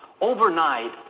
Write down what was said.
overnight